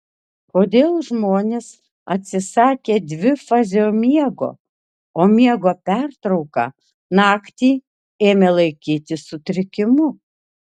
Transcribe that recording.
kodėl žmonės atsisakė dvifazio miego o miego pertrauką naktį ėmė laikyti sutrikimu